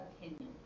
Opinion